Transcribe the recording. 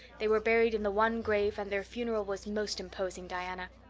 they were buried in the one grave and their funeral was most imposing, diana.